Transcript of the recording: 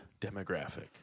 demographic